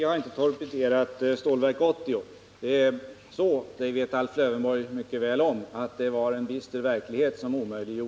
Herr talman!